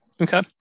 Okay